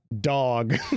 dog